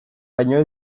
baino